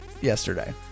yesterday